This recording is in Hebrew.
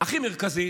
הכי מרכזי